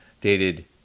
dated